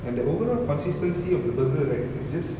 and the overall consistency of the burger right is just